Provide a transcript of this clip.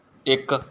ਇੱਕ